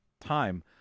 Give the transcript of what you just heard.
time